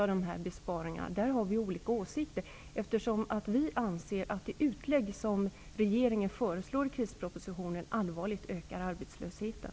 Vi anser att det utlägg som regeringen föreslår i krispropositionen allvarligt ökar arbetslösheten.